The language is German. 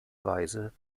weise